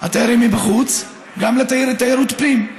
התיירים מבחוץ וגם לתיירות הפנים.